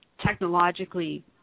technologically